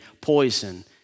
poison